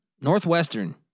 Northwestern